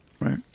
right